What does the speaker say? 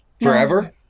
Forever